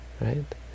right